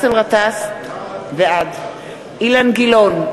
בעד אילן גילאון,